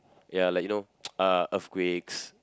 ya like you know uh earthquakes